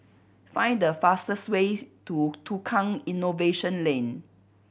find the fastest ways to Tukang Innovation Lane